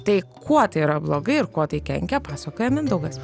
tai kuo tai yra blogai ir kuo tai kenkia pasakoja mindaugas